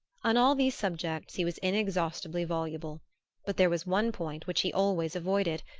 on all these subjects he was inexhaustibly voluble but there was one point which he always avoided,